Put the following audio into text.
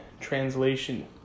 translation